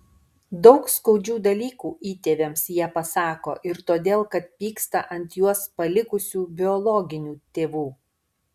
daug skaudžių dalykų įtėviams jie pasako ir todėl kad pyksta ant juos palikusių biologinių tėvų